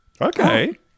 Okay